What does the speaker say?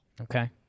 Okay